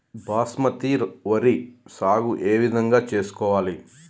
బాస్మతి వరి సాగు ఏ విధంగా చేసుకోవాలి?